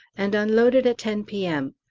and unloaded at ten p m.